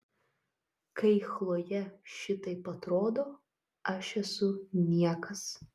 kai chlojė šitaip atrodo aš esu niekas